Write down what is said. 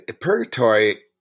purgatory